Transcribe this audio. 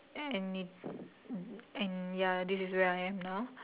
and it and ya this is where I am now